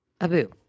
Abu